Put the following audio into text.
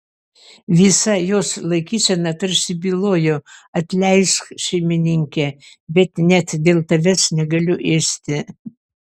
visa jos laikysena tarsi bylojo atleisk šeimininke bet net dėl tavęs negaliu ėsti